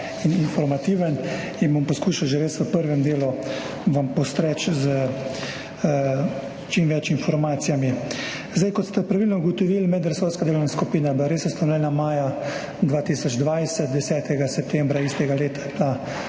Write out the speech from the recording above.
in informativen in vam bom poskušal res že v prvem delu postreči s čim več informacijami. Kot ste pravilno ugotovili, je bila medresorska delovna skupina res ustanovljena maja 2020, 10. septembra istega leta